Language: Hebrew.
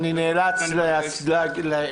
אני נאלץ להגיד לא.